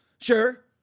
sure